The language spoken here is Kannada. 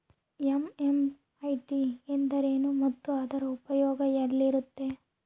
ಎಂ.ಎಂ.ಐ.ಡಿ ಎಂದರೇನು ಮತ್ತು ಅದರ ಉಪಯೋಗ ಎಲ್ಲಿರುತ್ತೆ?